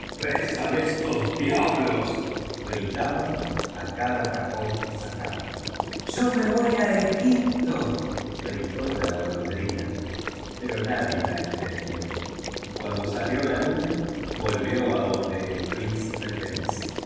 pesan estos diablos gri taban a caila cajón que sacaban yo me voy a egipto gritó la golondrina pero nadie la enten dió y cuando solió la luna volvió adonde el prín cipe feliz